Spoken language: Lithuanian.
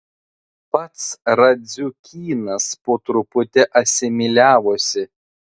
pats radziukynas po truputį asimiliavosi